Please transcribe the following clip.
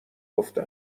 گفتم